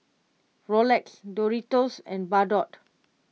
Rolex Doritos and Bardot